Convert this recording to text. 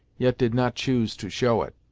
yet did not choose to show it.